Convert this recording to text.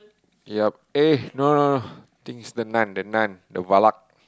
yup [eh]no no no think is the Nun the Nun the Valak